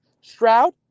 Stroud